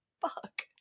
fuck